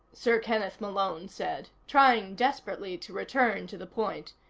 sir kenneth malone said, trying desperately to return to the point.